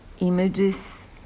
images